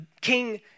King